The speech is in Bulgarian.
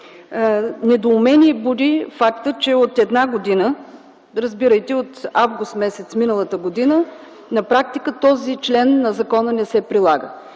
Недоумение буди фактът, че от една година, разбирайте от м. август миналата година, на практика този член на закона не се прилага.